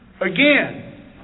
Again